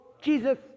Jesus